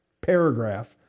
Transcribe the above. paragraph